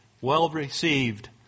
well-received